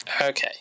okay